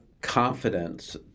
Confidence